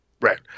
Right